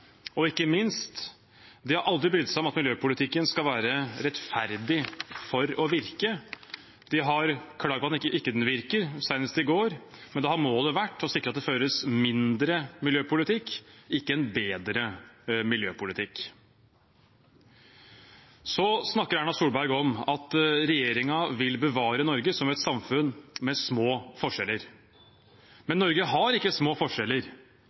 Og ikke minst: De har aldri brydd seg om at miljøpolitikken skal være rettferdig, for å virke. De har klaget på at den ikke virker – senest i går – men da har målet vært å sikre at det føres mindre miljøpolitikk, ikke en bedre miljøpolitikk. Erna Solberg snakker om at regjeringen vil bevare Norge som et samfunn med små forskjeller. Men Norge har ikke små forskjeller.